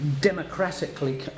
democratically